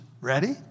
Ready